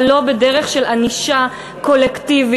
אבל לא בדרך של ענישה קולקטיבית,